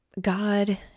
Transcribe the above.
God